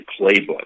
playbook